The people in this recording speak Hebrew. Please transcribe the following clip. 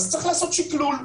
אז צריך לעשות שקלול.